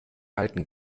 halten